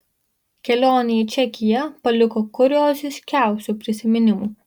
kelionė į čekiją paliko kurioziškiausių prisiminimų